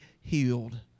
healed